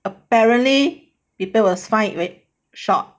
apparently people was fine with short